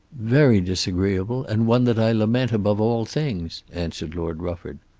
very disagreeable, and one that i lament above all things, answered lord rufford.